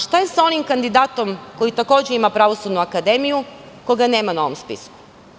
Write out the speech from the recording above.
Šta je sa onim kandidatom koji takođe ima Pravosudnu akademiju koga nema na ovom spisku?